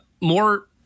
more